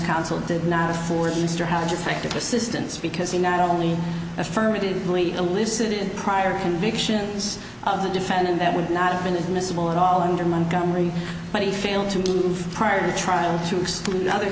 counsel did not afford mr howe just like the assistance because he not only affirmatively elicited prior convictions of the defendant that would not have been admissible at all under montgomery but he failed to do prior to trial to exclude other